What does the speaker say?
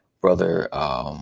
brother